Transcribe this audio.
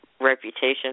reputation